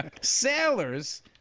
Sailors